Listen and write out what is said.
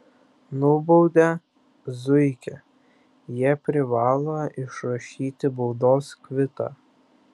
nubaudę zuikį jie privalo išrašyti baudos kvitą